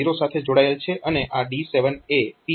0 સાથે જોડાયેલ છે અને આ D7 એ P1